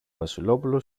βασιλόπουλο